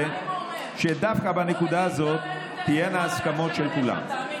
שדווקא בנקודה הזאת תהיינה הסכמות של כולם.